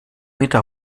meter